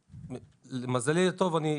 למזלי הטוב, אני חזק,